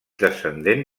descendent